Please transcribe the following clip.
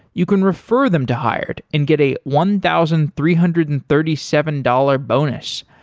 you can refer them to hired and get a one thousand three hundred and thirty seven dollars bonus.